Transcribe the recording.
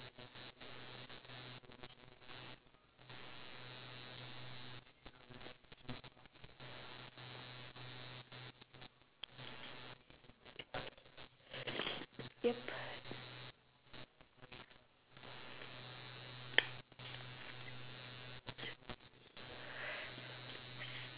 yup